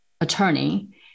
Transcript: attorney